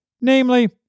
namely